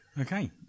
Okay